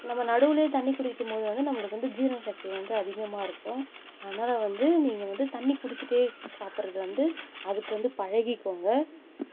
நம்ம நடுவிலே தண்ணி குடிக்கும்போது வந்து நம்மளுக்கு வந்து ஜீரண சக்தி அதிகமாக இருக்கும் அதனால் வந்து நீங்கள் வந்து தண்ணி குடிச்சுட்டே சாப்பிறது வந்து அதுக்கு வந்து பழகிக்கோங்க